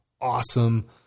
awesome